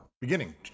Beginning